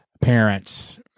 parents